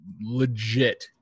legit